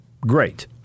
great